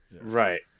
Right